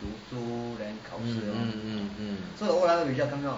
mm mm mm mm